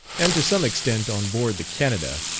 and to some extent on board the canada,